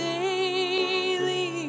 daily